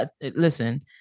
listen